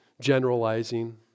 generalizing